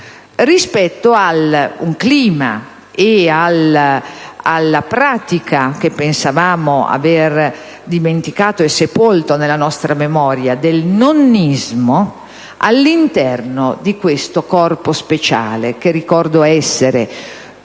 rispetto ad un clima e alla pratica, che pensavamo aver dimenticato e sepolto nella nostra memoria, del nonnismo all'interno di questo corpo speciale. Ricordo che